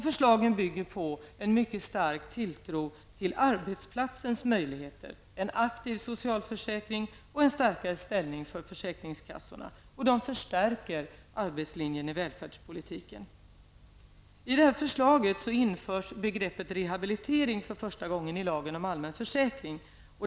Förslaget bygger på en mycket stark tilltro till arbetsplatsens möjligheter, en aktiv socialförsäkring och en starkare ställning för försäkringskassorna. Förslaget förstärker arbetslinjen i välfärdspolitiken. I detta förslag införs begreppet rehabilitering för första gången i lagen om allmän försäkring.